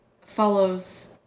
follows